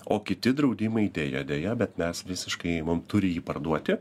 o kiti draudimai deja deja bet mes visiškai imam turi jį parduoti